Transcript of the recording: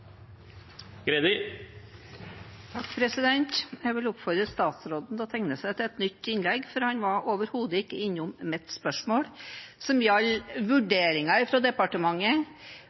Jeg vil oppfordre statsråden til å tegne seg til et nytt innlegg, for han var overhodet ikke innom mitt spørsmål, som gjaldt vurderingen departementet